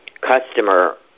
customer